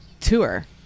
tour